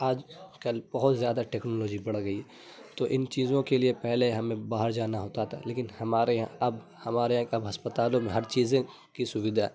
آج کل بہت زیادہ ٹیکنالوجی بڑھ گئی ہے تو ان چیزوں کے لیے پہلے ہمیں باہر جانا ہوتا تھا لیکن ہمارے یہاں اب ہمارے یہاں کے اب ہسپتالوں میں ہر چیزیں کی سویدھا